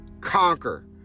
conquer